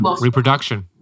reproduction